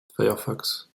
firefox